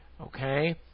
okay